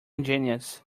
ingenious